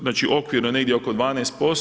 Znači, okvirno negdje oko 12%